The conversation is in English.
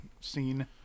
scene